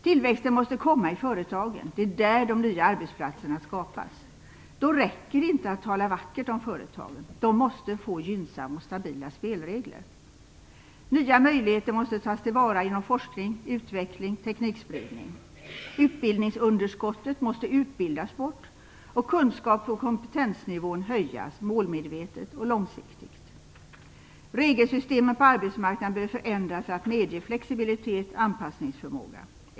Tillväxten måste komma i företagen. Det är där de nya arbetsplatserna skapas. Då räcker det inte att tala vackert om företagen. De måste få gynnsamma och stabila spelregler. Nya möjligheter måste tas till vara inom forskning, utveckling och teknikspridning. Utbildningsunderskottet måste utbildas bort, och kunskaps och kompetensnivån måste höjas målmedvetet och långsiktigt. Regelsystemen på arbetsmarknaden behöver förändras för att medge flexibilitet och anpassningsförmåga.